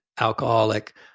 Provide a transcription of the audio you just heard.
alcoholic